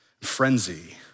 frenzy